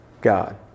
God